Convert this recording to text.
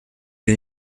sie